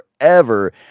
forever